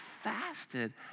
fasted